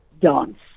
dance